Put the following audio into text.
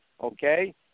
Okay